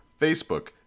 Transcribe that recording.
Facebook